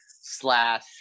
slash